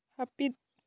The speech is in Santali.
ᱦᱟᱹᱯᱤᱫ